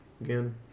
Again